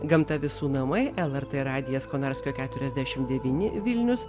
gamta visų namai lrt radijas konarskio keturiasdešim devyni vilnius